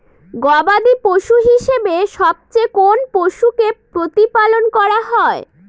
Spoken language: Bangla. গবাদী পশু হিসেবে সবচেয়ে কোন পশুকে প্রতিপালন করা হয়?